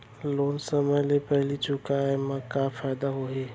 Loan समय ले पहिली चुकाए मा का फायदा होही?